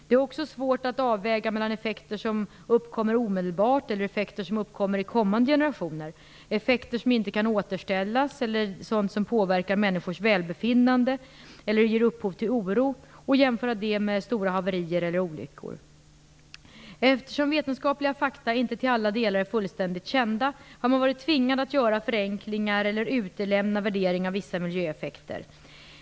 Det är också svårt att göra avvägningar mellan effekter som uppkommer omedelbart, effekter som uppstår i kommande generationer, effekter som inte kan återställas eller som påverkar människors välbefinnande eller ger upphov till oro och stora haverier eller olyckor. Eftersom vetenskapliga fakta inte till alla delar är fullständigt kända har man varit tvingad att göra förenklingar eller utelämna en värdering av vissa miljöeffekter.